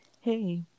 Hey